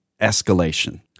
escalation